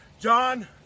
John